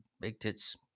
big-tits